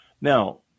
Now